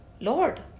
Lord